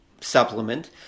supplement